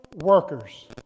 workers